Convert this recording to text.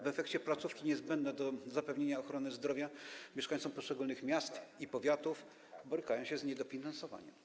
W efekcie placówki niezbędne do zapewnienia ochrony zdrowia mieszkańcom poszczególnych miast i powiatów borykają się z niedofinansowaniem.